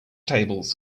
tables